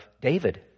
David